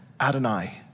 Adonai